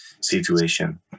situation